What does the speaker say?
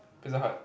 Pizza Hut